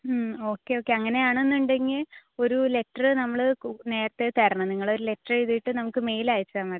ഉം okay okay അങ്ങനെയാണെന്നുണ്ടെങ്കിൽ ഒരു ലെറ്റർ നമ്മൾ നേരത്തെ തരണം നിങ്ങളൊരു ലെറ്ററെഴുതിയിട്ട് നമുക്ക് മെയിലയച്ചാൽ മതി